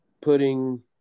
putting